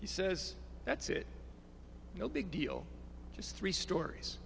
he says that's it no big deal just three stories